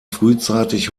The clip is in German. frühzeitig